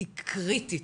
היא קריטית,